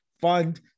fund